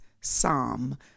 Psalm